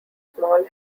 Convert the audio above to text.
small